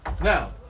Now